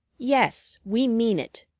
yes, we mean it,